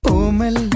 Omel